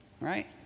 right